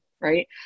right